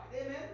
Amen